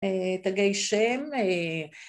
תגי שם